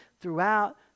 throughout